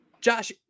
Josh